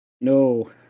no